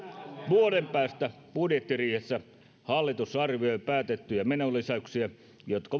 vuoden päästä budjettiriihessä hallitus arvioi päätettyjä menolisäyksiä jotka